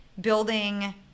building